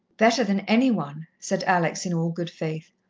better than any one, said alex, in all good faith,